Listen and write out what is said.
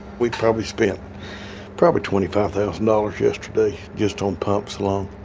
we probably spent probably twenty five thousand dollars yesterday just on pumps alone.